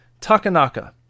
Takanaka